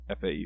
FAU